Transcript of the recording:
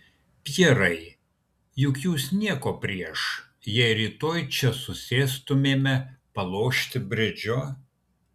pjerai juk jūs nieko prieš jei rytoj čia susėstumėme palošti bridžo